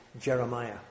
Jeremiah